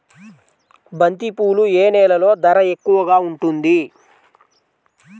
బంతిపూలు ఏ నెలలో ధర ఎక్కువగా ఉంటుంది?